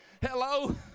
Hello